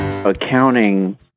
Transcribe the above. Accounting